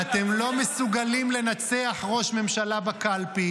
אתם לא מסוגלים לנצח ראש ממשלה בקלפי